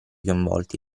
coinvolti